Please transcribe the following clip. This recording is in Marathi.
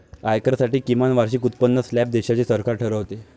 आयकरासाठी किमान वार्षिक उत्पन्न स्लॅब देशाचे सरकार ठरवते